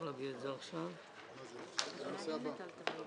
תודה רבה.